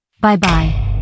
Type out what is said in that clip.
Bye-bye